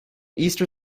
easter